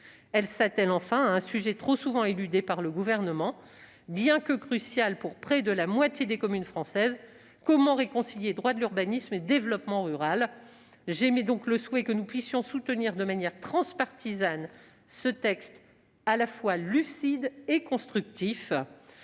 Elle s'attelle- enfin ! -à un sujet trop souvent éludé par le Gouvernement, bien que crucial pour près de la moitié des communes françaises : comment réconcilier droit de l'urbanisme et développement rural ? J'émets donc le souhait que ce texte à la fois lucide et constructif